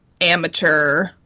amateur